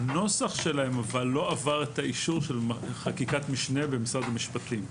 הנוסח שלהן לא עבר את האישור של חקיקת משנה במשרד המשפטים.